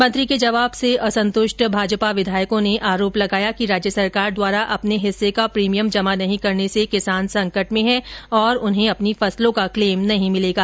मंत्री के जवाब से असंतुष्ट भाजपा विधायको ने आरोप लगाया कि राज्य सरकार द्वारा अपने हिस्से का प्रीमियम जमा नहीं करने से किसान संकट में हैं और उन्हें अपनी फसलों का क्लेम नही मिलेगा